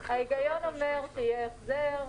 ההיגיון אומר שיהיה החזר,